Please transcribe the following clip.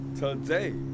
today